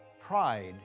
pride